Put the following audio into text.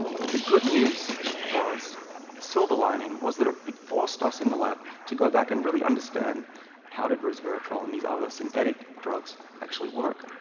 but the good news was, the silver lining, was that ah it forced us in the lab to go back and really understand how did resveratrol and these other synthetic drugs actually work.